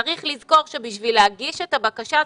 צריך לזכור שכדי להגיש את הבקשה הזאת,